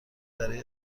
برای